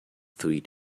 three